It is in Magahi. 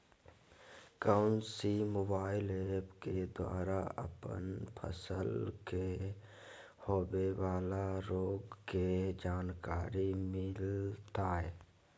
कौन सी मोबाइल ऐप के द्वारा अपन फसल के होबे बाला रोग के जानकारी मिलताय?